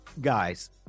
Guys